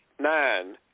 nine